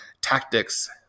tactics